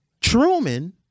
Truman